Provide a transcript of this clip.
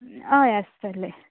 हय आसतले